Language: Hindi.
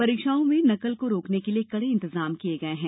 परीक्षाओं में नकल को रोकने के लिए कड़े इंतजाम किये हैं